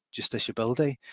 justiciability